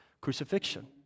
crucifixion